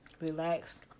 relax